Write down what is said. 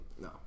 No